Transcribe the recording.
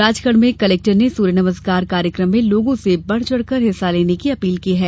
राजगढ़ में कलेक्टर ने सुर्य नमस्कार कार्यक्रम में लोगों से बढ़चढ़ कर हिस्सा लेने की अपील की है